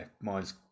mine's